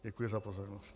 Děkuji za pozornost.